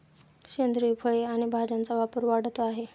सेंद्रिय फळे आणि भाज्यांचा व्यापार वाढत आहे